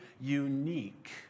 unique